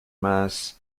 mass